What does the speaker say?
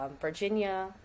Virginia